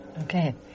Okay